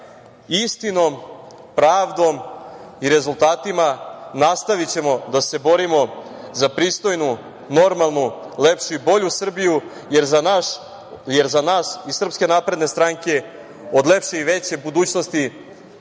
istinom, pravdom i rezultatima nastavićemo da se borimo za pristojnu, normalnu, lepšu i bolju Srbiju, jer za nas iz SNS od lepše i veće budućnosti